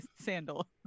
sandal